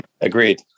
Agreed